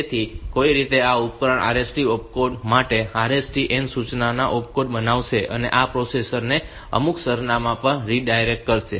તેથી કોઈક રીતે આ ઉપકરણ RST ઓપકોડ માટે RST n સૂચના માટે એક ઓપકોડ બનાવશે અને આ પ્રોસેસર ને અમુક સરનામા પર રીડાયરેક્ટ કરશે